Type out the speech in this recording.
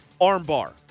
Armbar